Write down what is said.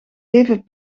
leven